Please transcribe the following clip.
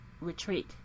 retreat